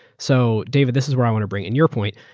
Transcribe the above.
so david, this is where i want to bring in your point.